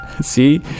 See